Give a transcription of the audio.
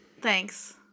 Thanks